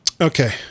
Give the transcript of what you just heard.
Okay